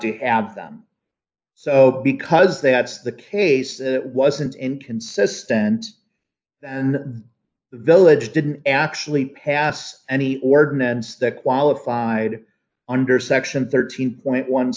to have them so because they had the pace it wasn't inconsistent and the village didn't actually pass any ordinance that qualified under section thirteen point one